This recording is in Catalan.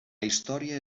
història